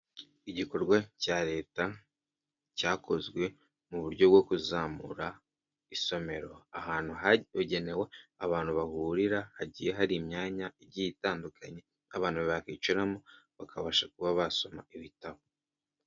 Igikorwa cya leta cyakozwe mu buryo bwo kuzamura isomero, ahantu habugenewe abantu bahurira hagiye hari imyanya igiye itandukanye nk'abantu bakicaramo bakabasha kuba basoma ibitabo.